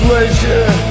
Pleasure